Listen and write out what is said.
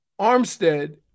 Armstead